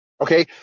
okay